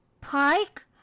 Pike